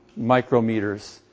micrometers